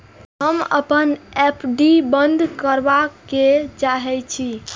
हम अपन एफ.डी बंद करबा के चाहे छी